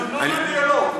זאת הזדמנות לדיאלוג.